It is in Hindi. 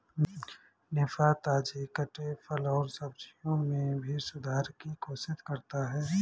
निफा, ताजे कटे फल और सब्जियों में भी सुधार की कोशिश करता है